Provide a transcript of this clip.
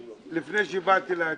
לפני שבאתי להצביע,